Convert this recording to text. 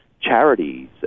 charities